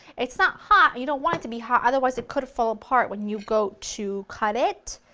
it's not hot, you don't want it to be hot otherwise it could fall apart when you go to cut it,